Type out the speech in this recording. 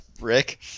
Rick